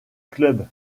club